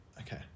Okay